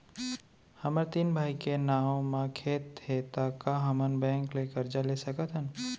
हमर तीन भाई के नाव म खेत हे त का हमन बैंक ले करजा ले सकथन?